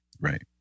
Right